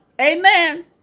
Amen